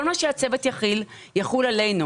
כל מה שהצוות יחיל, יחול עלינו